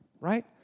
right